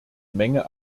menge